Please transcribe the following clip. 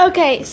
Okay